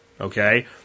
Okay